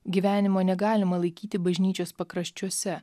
gyvenimo negalima laikyti bažnyčios pakraščiuose